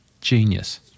genius